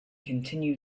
continue